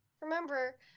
Remember